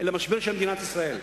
אלא משבר של מדינת ישראל,